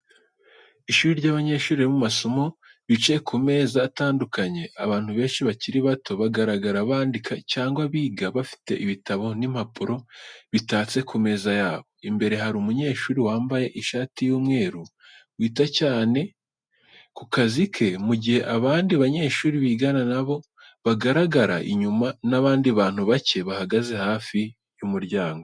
Ishuri ry'abanyeshuri bari mu masomo, bicaye ku meza atandukanye. Abantu benshi bakiri bato bagaragara bandika cyangwa biga, bafite ibitabo n'impapuro bitatse ku meza yabo. Imbere hari umunyeshuri wambaye ishati y'umweru wita cyane ku kazi ke, mu gihe abandi banyeshuri bigana na bo bagaragara inyuma, n'abandi bantu bake bahagaze hafi y'umuryango .